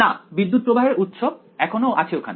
না বিদ্যুত্ প্রবাহের উৎস এখনো আছে ওখানে